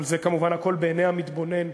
אבל זה כמובן הכול בעיני המתבונן,